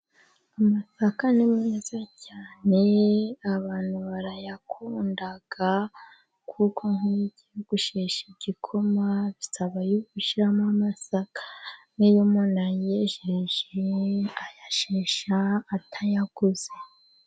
Amasaka ni meza cyane, abantu barayakunda, kuko nk'iyo ugiye kubetesha igikoma, bisaba gushyiramo amasaka, nk'iyo umuntu ayejeje, ayashesha atayaguze.